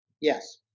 Yes